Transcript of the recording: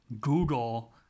Google